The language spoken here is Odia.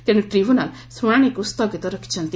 ତେଶୁ ଟ୍ରିବ୍ୟୁବାଲ୍ ଶୁଣାଣିକୁ ସ୍ଥଗିତ ରଖିଛନ୍ତି